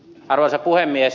arvoisa puhemies